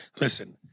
Listen